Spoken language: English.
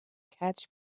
catch